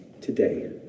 today